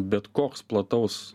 bet koks plataus